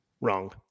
Wrong